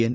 N